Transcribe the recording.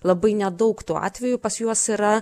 labai nedaug tų atvejų pas juos yra